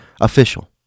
official